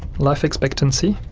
life expectancy